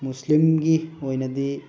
ꯃꯨꯁꯂꯤꯝꯒꯤ ꯑꯣꯏꯅꯗꯤ